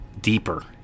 deeper